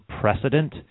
precedent